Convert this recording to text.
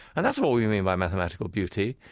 and that's what we mean by mathematical beauty.